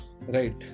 right